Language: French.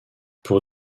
pour